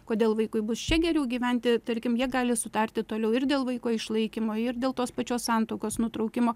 kodėl vaikui bus čia geriau gyventi tarkim jie gali sutarti toliau ir dėl vaiko išlaikymo ir dėl tos pačios santuokos nutraukimo